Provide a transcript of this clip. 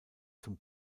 zum